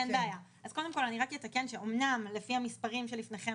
אז קודם כל אני רק אתקן שאמנם לפי המספרים שלפניכם